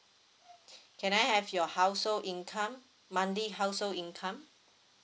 can I have your household income monthly household income